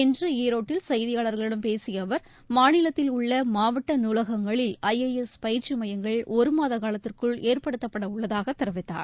இன்று ஈரோட்டில் செய்தியாளர்களிடம் பேசிய அவர் மாநிலத்தில் உள்ள மாவட்ட நூலகங்களில் ஐ ஏ எஸ் பயிற்சி மையங்கள் ஒருமாத காலத்திற்குள் ஏற்படுத்தப்படவுள்ளதாக தெரிவித்தார்